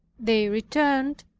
they returned,